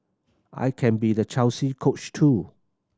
I can be the Chelsea Coach too